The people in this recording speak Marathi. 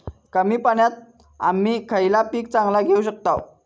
कमी पाण्यात आम्ही खयला पीक चांगला घेव शकताव?